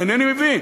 אינני מבין.